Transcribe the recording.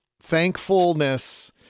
thankfulness